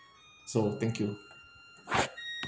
so thank you